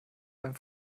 beim